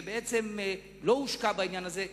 ובעצם לא הושקע בעניין הזה.